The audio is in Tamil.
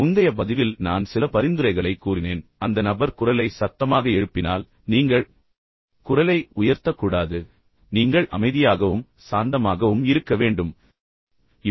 முந்தைய பதிவில் நான் சில பரிந்துரைகளை கூறினேன் அந்த நபர் குரலை சத்தமாக எழுப்பினால் நீங்கள் குரலை உயர்த்தக்கூடாது நீங்கள் அமைதியாகவும் சாந்தமாகவும் இருக்க வேண்டும் நீங்கள் மிகவும் நிதானமாக இருக்க வேண்டும்